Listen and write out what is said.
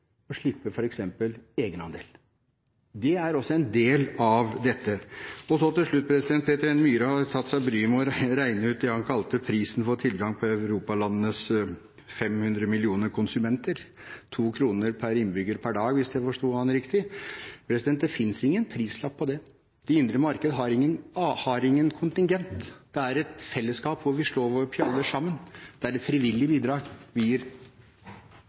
slippe f.eks. egenandel. Det er også en del av dette. Til slutt: Peter N. Myhre har tatt seg bryet med å regne ut det han kalte prisen for tilgangen på europalandenes 500 mill. konsumenter: 2 kr per innbygger per dag – hvis jeg forstod ham riktig. Det finnes ingen prislapp på det. Det indre marked har ingen kontingent. Det er et fellesskap hvor vi slår våre pjalter sammen, og der det bidrag vi gir,